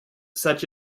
such